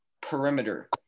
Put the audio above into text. perimeter